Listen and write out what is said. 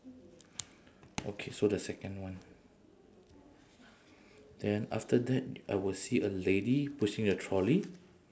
okay so the second one then after that I will see a lady pushing a trolley